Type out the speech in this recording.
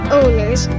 owners